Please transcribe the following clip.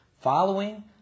following